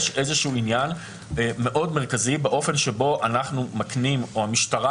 יש איזשהו עניין מאוד מרכזי באופן שבו אנחנו מקנים או המשטרה